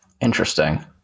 Interesting